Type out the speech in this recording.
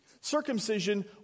Circumcision